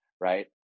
right